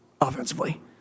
offensively